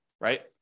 right